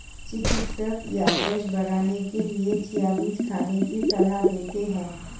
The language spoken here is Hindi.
चिकित्सक याददाश्त बढ़ाने के लिए चिया बीज खाने की सलाह देते हैं